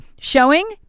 showing